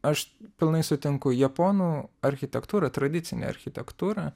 aš pilnai sutinku japonų architektūra tradicinė architektūra